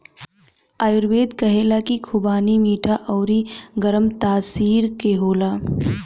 आयुर्वेद कहेला की खुबानी मीठा अउरी गरम तासीर के होला